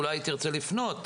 אולי היא תרצו לפנות.